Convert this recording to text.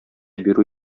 бирү